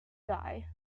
die